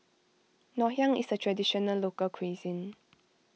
Ngoh Hiang is a Traditional Local Cuisine